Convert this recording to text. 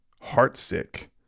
Heartsick